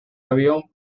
avión